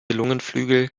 lungenflügel